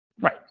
Right